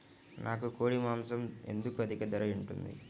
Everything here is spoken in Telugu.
నాకు కోడి మాసం ఎందుకు అధిక ధర ఉంటుంది?